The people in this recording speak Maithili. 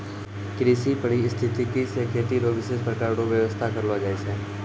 कृषि परिस्थितिकी से खेती रो विशेष प्रकार रो व्यबस्था करलो जाय छै